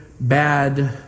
bad